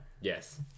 Yes